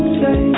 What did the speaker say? say